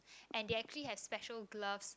and they actually have special glove